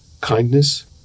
Kindness